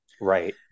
Right